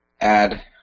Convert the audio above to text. add